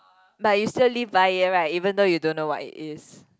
but you still live by ear right even though you don't know what it is